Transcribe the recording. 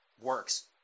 works